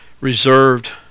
reserved